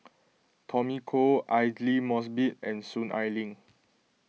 Tommy Koh Aidli Mosbit and Soon Ai Ling